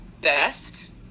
best